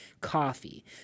coffee